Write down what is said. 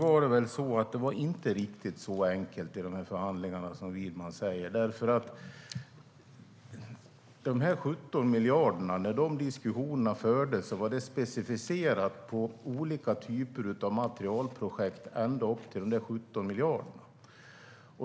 Fru talman! Det var inte riktigt så enkelt i förhandlingarna som Widman säger. När diskussionerna om de 17 miljarderna fördes var det specificerat på olika typer av materielprojekt ända upp till de 17 miljarderna.